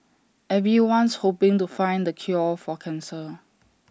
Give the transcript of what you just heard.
everyone's hoping to find the cure for cancer